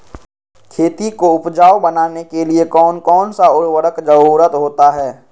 खेती को उपजाऊ बनाने के लिए कौन कौन सा उर्वरक जरुरत होता हैं?